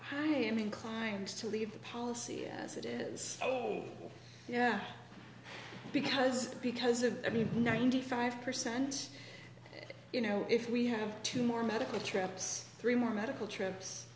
hi i am inclined to leave the policy as it is oh yeah because because of i mean ninety five percent you know if we have two more medical trips three more medical trips